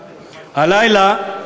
הלילה,